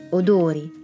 odori